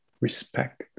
respect